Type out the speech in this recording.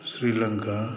Sri Lanka